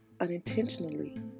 unintentionally